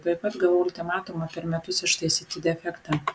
tuoj pat gavau ultimatumą per metus ištaisyti defektą